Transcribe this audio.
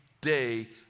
day